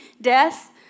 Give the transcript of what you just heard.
death